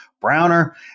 browner